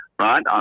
right